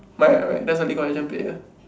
right right that's a league of legend player